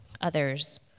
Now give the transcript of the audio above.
Others